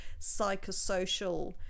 psychosocial